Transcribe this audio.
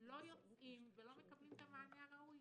לא יוצאים ולא מקבלים את המענה הראוי,